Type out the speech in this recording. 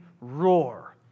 roar